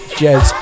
jazz